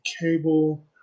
cable